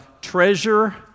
treasure